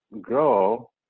grow